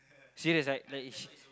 serious like like is